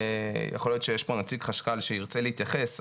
יכול להיות שיש פה נציג חשכ"ל שירצה להתייחס,